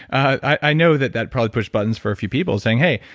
i know that, that probably pushed buttons for a few people saying, hey,